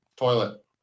toilet